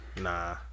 Nah